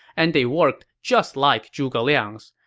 and they worked just like zhuge liang's.